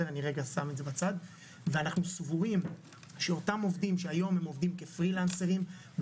אנחנו סבורים שאותם עובדים שהיום הם עובדים כפרי-לנסרים,